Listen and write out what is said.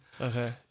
Okay